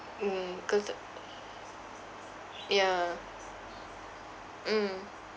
mm cause uh yeah mm